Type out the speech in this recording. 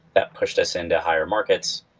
that pushed us into higher markets.